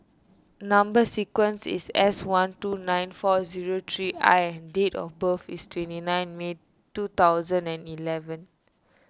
Number Sequence is S one two nine four zero three I and date of birth is twenty nine May two thousand and eleven